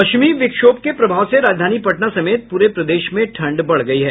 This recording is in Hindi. पश्चिमी विक्षोभ के प्रभाव से राजधानी पटना समेत पूरे प्रदेश में ठंड बढ़ गयी है